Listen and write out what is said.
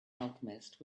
alchemist